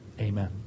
Amen